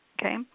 Okay